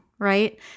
right